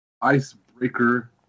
Icebreaker